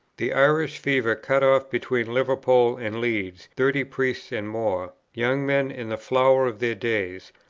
the irish fever cut off between liverpool and leeds thirty priests and more, young men in the flower of their days,